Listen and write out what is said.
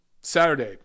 Saturday